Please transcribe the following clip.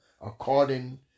according